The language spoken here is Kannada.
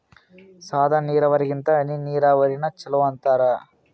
ಸಾದ ನೀರಾವರಿಗಿಂತ ಹನಿ ನೀರಾವರಿನ ಚಲೋ ಅಂತಾರ